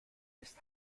ist